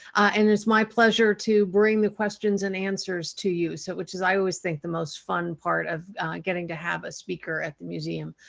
and it's my pleasure to bring questions and answers to you. so which is i always think the most fun part of getting to have a speaker at the museum.